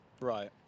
Right